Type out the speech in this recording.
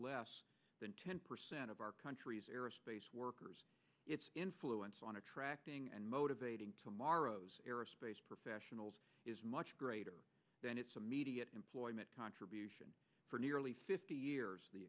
less than ten percent of our country's aerospace workers its influence on attracting and motivating tomorrow's aerospace professionals is much greater than it's a media employment contribution for nearly fifty